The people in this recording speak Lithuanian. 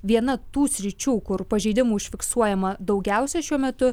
viena tų sričių kur pažeidimų užfiksuojama daugiausiai šiuo metu